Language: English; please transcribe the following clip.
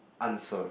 answer